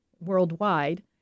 worldwide